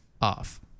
off